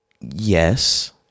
Yes